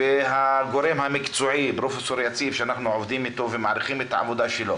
לדוגמה, אותו רנטגנאי שמופיע כאן בזום,